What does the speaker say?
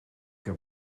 heb